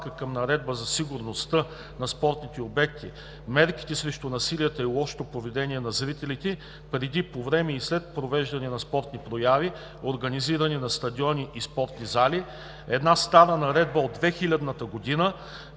към Наредба за сигурността на спортните обекти, мерките срещу насилието и лошото поведение на зрителите преди, по време и след провеждане на спортни прояви, организирани на стадиони и спортни зали, в една стара наредба от 2000-та година